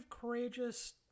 courageous